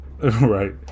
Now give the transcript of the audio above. Right